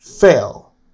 fail